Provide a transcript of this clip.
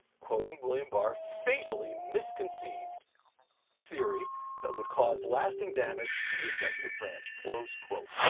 quoting william barr, fatally misconceived theory that would cause lasting damage to the executive branch. close quote.